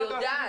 אני יודעת.